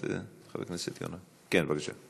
חבר הכנסת יונה, כן, בבקשה.